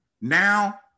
Now